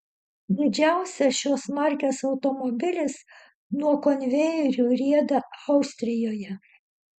didžiausias šios markės automobilis nuo konvejerių rieda austrijoje